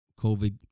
COVID